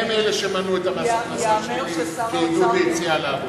הם אלה שמנעו מס הכנסה שלילי כעידוד ליציאה לעבודה.